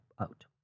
out